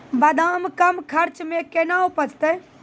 बादाम कम खर्च मे कैना उपजते?